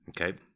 Okay